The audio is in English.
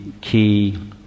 key